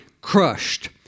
crushed